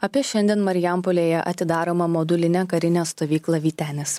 apie šiandien marijampolėje atidaromą modulinę karinę stovyklą vytenis